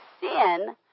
sin